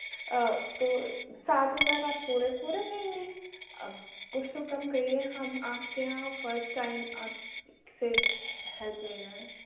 آ تو سات ہزار آپ پورے پورے لیں گی اب کچھ تو کم کریئے ہم آپ کے یہاں فسٹ ٹائم آپ سے ہیلپ لے رہے ہیں